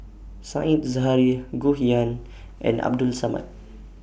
Said Zahari Goh Yihan and Abdul Samad